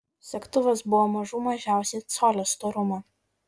segtuvas buvo mažų mažiausiai colio storumo